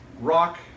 rock